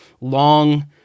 long